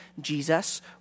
Jesus